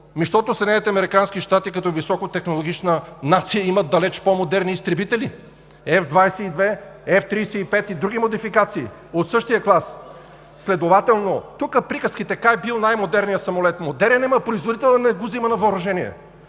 щати като високотехнологична нация имат далеч по-модерни изтребители – F-22, F-35 и други модификации от същия клас. Следователно тук приказките: как бил най-модерният самолет – модерен е, но производителят не го взима на въоръжение.